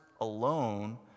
alone